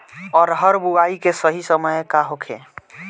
अरहर बुआई के सही समय का होखे?